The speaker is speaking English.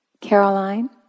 Caroline